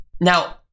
Now